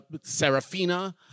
Serafina